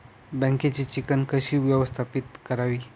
बँकेची चिकण कशी व्यवस्थापित करावी?